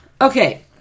Okay